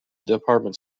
department